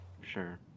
Sure